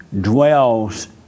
dwells